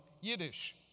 Yiddish